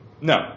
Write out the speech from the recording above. No